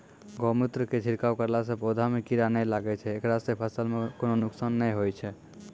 गोमुत्र के छिड़काव करला से पौधा मे कीड़ा नैय लागै छै ऐकरा से फसल मे कोनो नुकसान नैय होय छै?